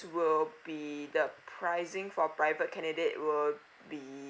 will be the pricing for private candidate will be